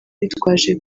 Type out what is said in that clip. bitwaje